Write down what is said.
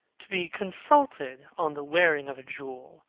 to be consulted on the wearing of a jewel,